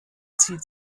zieht